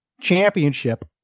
championship